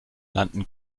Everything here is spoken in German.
landen